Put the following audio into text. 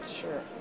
Sure